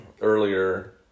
earlier